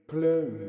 Plum